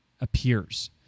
appears